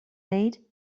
made